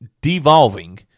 devolving